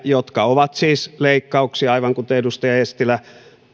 jotka ovat siis leikkauksia aivan kuten edustaja eestilä